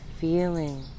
feeling